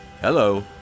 hello